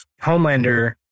Homelander